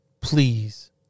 Please